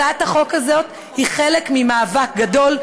הצעת החוק הזאת היא חלק ממאבק גדול,